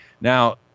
Now